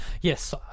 yes